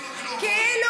אנחנו